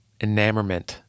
enamorment